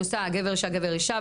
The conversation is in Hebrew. אני נותנת גבר, אישה,